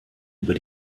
über